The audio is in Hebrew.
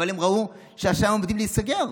אבל הם ראו שהשמיים עומדים להיסגר,